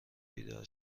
بیدار